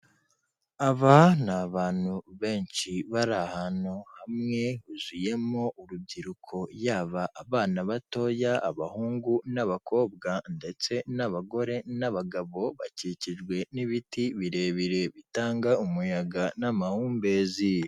Aba ni abantu benshi bari ahantu hamwe, huzuyemo urubyiruko yaba abana batoya, abahungu n'abakobwa, ndetse n'abagore n'abagabo, bakikijwe n'ibiti birebire bitanga umuyaga n'amahumbezi.